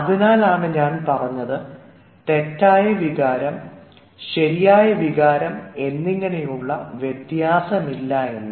അതിനാലാണ് ഞാൻ പറഞ്ഞത് തെറ്റായ വികാരം ശരിയായ വികാരം എന്നിങ്ങനെയുള്ള വ്യത്യാസമില്ല എന്ന്